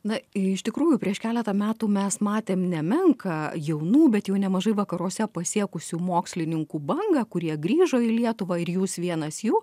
na iš tikrųjų prieš keletą metų mes matėm nemenką jaunų bet jau nemažai vakaruose pasiekusių mokslininkų bangą kurie grįžo į lietuvą ir jūs vienas jų